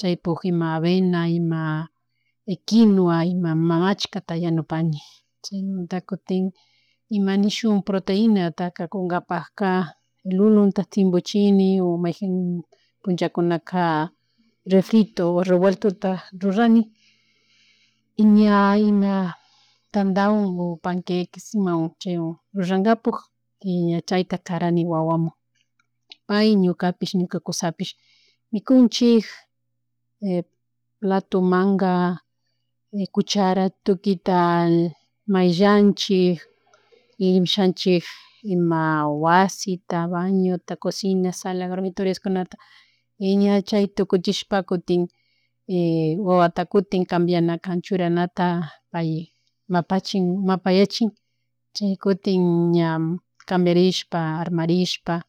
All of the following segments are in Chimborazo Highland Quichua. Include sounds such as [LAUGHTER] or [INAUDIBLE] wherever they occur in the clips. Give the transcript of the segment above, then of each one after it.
Chaypuk ima avena, ima kinua, ima [HESITATION] machica tayanu pani, chaymanta kutin iimanishun proteina, taka kunkakunkapakkak lulunta timpu chini o [HESITATION] punchakunaka refrito o revueltotutak rurani [HESITATION] ña ima tantaku o panquekes ima [HESITATION] rakapuk tiya chayta karani wawanku pay ñukapich ñuka kusapish mikunchik [HESITATION] plato manka, cuchara, tukita [HESITATION] may llanchik y illanchik ima wasita, bañota, cocina, sala, dormitorios kunata. Iñachay tukuchishpa kutin [HESITATION] wawata kutin cambianaka churanata pay ma pachin mapayachin chaya kutin ña cambiarishpa armarishpa,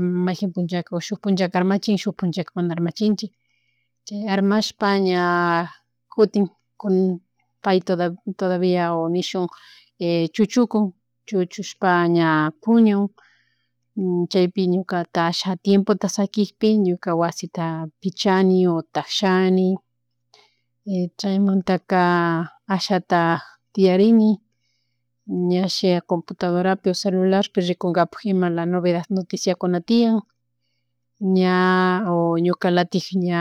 [HESITATION] makinkunlla kunllacharmachin shuk punchakuna armanchinchik chay armashpa ña kutinkun pay [HESITATION] todavia o nishun [HESITATION] chuchukun chushushpa ña puñuk [HESITATION] chatpi ñuka atasha tiempota saquipik ñuka wasita pichani o tashani [HESITATION] chaymantaka ashatak tiyarini ña shia computadorapi o celularpi rikunkapak imana novedad noticia kuna tiyan ña o ñuka latik ña